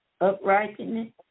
uprightness